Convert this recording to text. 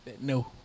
no